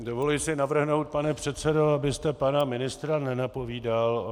Dovoluji si navrhnout, pane předsedo, abyste pana ministra nenapomínal.